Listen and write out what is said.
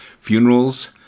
funerals